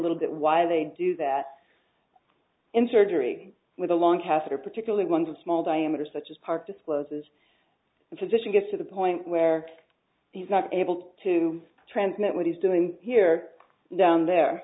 little bit why they do that in surgery with a long catheter particularly one small diameter such as part discloses the physician gets to the point where he's not able to transmit what he's doing here down there